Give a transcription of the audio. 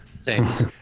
Thanks